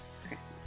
Christmas